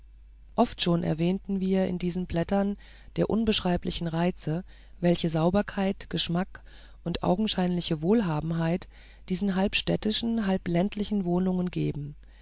oft schon erwähnten wir in diese blättern der unbeschreiblichen reize welche sauberkeit geschmack und augenscheinliche wohlhabenheit diesen halb städtischen halb ländlichen wohnungen geben